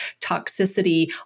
toxicity